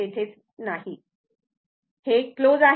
हे ओपन आहे आणि हे क्लोज आहे